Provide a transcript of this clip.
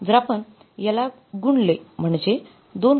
जर आपण याला गुणले म्हणजे २